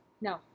No